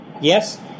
Yes